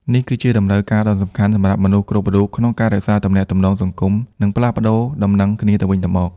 នេះគឺជា តម្រូវការដ៏សំខាន់សម្រាប់មនុស្សគ្រប់រូប ក្នុងការរក្សាទំនាក់ទំនងសង្គម និងផ្លាស់ប្តូរដំណឹងគ្នាទៅវិញទៅមក។